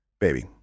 baby